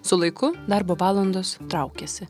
su laiku darbo valandos traukėsi